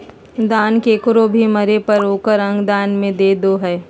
दान केकरो भी मरे पर ओकर अंग दान में दे दो हइ